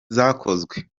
zakozwe